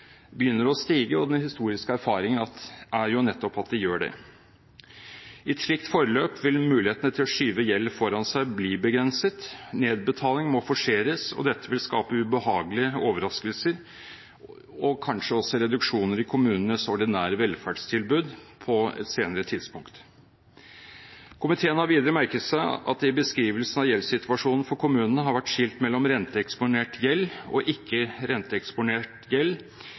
begynner å stige. Den historiske erfaringen er jo nettopp at de gjør det. I et slikt forløp vil mulighetene til å skyve gjeld foran seg bli begrenset, nedbetaling må forseres, og dette vil skape ubehagelige overraskelser og kanskje også reduksjoner i kommunenes ordinære velferdstilbud på et senere tidspunkt. Komiteen har videre merket seg at det i beskrivelsen av gjeldssituasjonen for kommunene har vært skilt mellom renteeksponert gjeld og ikke-renteeksponert gjeld,